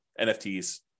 NFTs